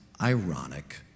ironic